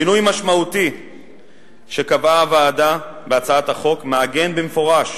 שינוי משמעותי שקבעה הוועדה בהצעת החוק מעגן במפורש